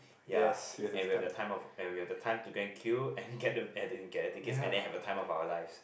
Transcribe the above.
ya and we have the time of and we have the time to go and queue and get the get the tickets and then have the time of our lives